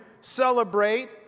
celebrate